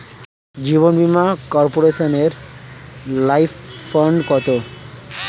জীবন বীমা কর্পোরেশনের life fund কত?